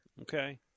Okay